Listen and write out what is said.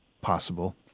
possible